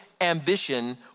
ambition